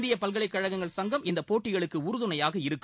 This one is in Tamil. இந்திய பல்கலைக்கழகங்கள் சங்கம் இந்த போட்டிகளுக்கு உறுதுணையாக இருக்கும்